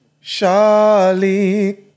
Charlie